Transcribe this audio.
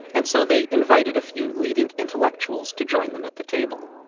and so they invited a few leading intellectuals to join them at the table.